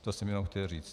To jsem jenom chtěl říct.